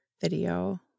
video